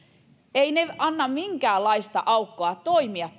eivät anna minkäänlaista aukkoa toimia